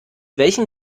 welchem